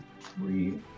Three